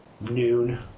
noon